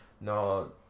no